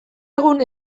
egun